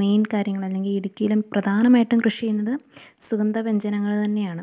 main കാര്യങ്ങൾ അല്ലെങ്കിൽ ഇടുക്കിയിലും പ്രധാനമായിട്ടും കൃഷി ചെയ്യുന്നത് സുഗന്ധ വ്യഞ്ജനങ്ങള് തന്നെയാണ്